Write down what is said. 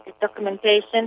documentation